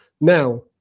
Now